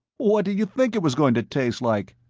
what did you think it was going to taste like?